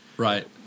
right